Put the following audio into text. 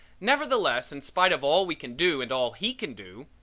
nevertheless, in spite of all we can do and all he can do,